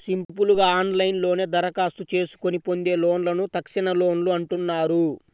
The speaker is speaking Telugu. సింపుల్ గా ఆన్లైన్లోనే దరఖాస్తు చేసుకొని పొందే లోన్లను తక్షణలోన్లు అంటున్నారు